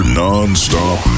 non-stop